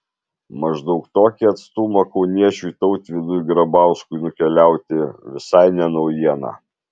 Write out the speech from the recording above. maždaug tokį atstumą kauniečiui tautvydui grabauskui nukeliauti visai ne naujiena